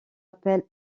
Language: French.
appel